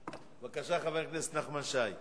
בבקשה, חבר הכנסת נחמן שי,